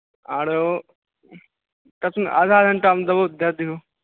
आरो कतना आधा घंटामे देबौ तऽ दै दिहों